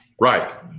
Right